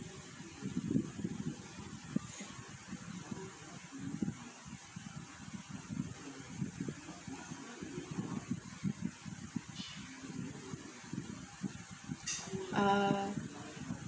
uh